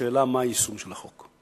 השאלה מה היישום של החוק.